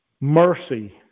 mercy